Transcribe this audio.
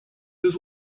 deux